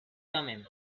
thummim